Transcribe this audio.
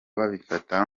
babifata